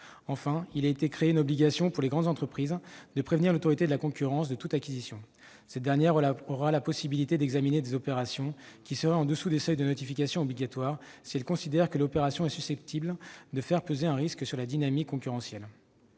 Enfin, les grandes entreprises seront obligées de prévenir l'Autorité de la concurrence de toute acquisition. Cette dernière aura la possibilité d'examiner des opérations qui seraient au-dessous des seuils de notification obligatoire si elle considère qu'elles sont susceptibles de faire peser un risque sur la dynamique concurrentielle.